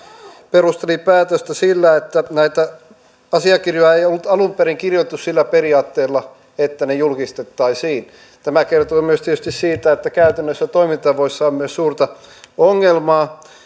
perusteli päätöstä sillä että näitä asiakirjoja ei ollut alun perin kirjoitettu sillä periaatteella että ne julkistettaisiin tämä kertoo myös tietysti siitä että käytännössä toimintatavoissa on myös suurta ongelmaa